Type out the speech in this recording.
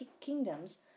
kingdoms